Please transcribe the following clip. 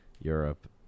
Europe